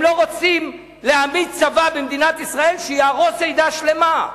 הם לא רוצים להעמיד צבא במדינת ישראל שיהרוס עדה שלמה.